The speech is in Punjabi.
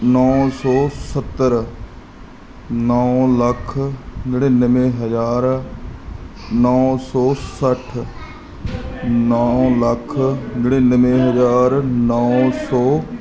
ਨੌਂ ਸੌ ਸੱਤਰ ਨੌਂ ਲੱਖ ਨੜਿਨਵੇਂ ਹਜ਼ਾਰ ਨੌਂ ਸੌ ਸੱਠ ਨੌਂ ਲੱਖ ਨੜਿਨਵੇਂ ਹਜ਼ਾਰ ਨੌਂ ਸੌ